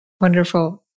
Wonderful